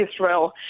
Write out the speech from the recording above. israel